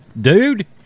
Dude